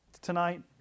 Tonight